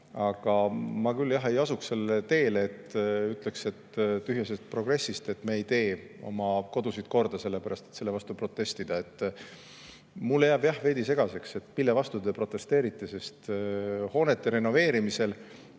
Aga ma küll ei asuks sellele teele, et ütleks, et tühja sellest progressist, me ei tee oma kodusid korda, sellepärast et selle vastu protestida. Mulle jääb, jah, veidi segaseks, mille vastu te protesteerite, sest hooneid renoveerib